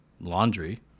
laundry